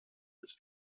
des